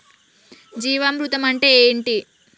జీవామృతం అంటే ఏంటి?